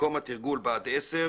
מקום התרגול בה"ד 10,